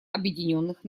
объединенных